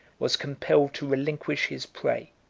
was compelled to relinquish his prey.